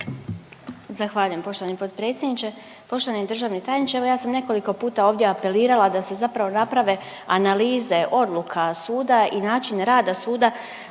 Zahvaljujem poštovani potpredsjedniče. Poštovani državni tajniče evo ja sam nekoliko puta ovdje apelirala da se zapravo naprave analize odluka suda i način rada suda